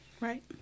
Right